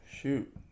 shoot